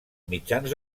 mitjans